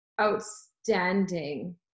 outstanding